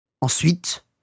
Ensuite